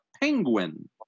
penguin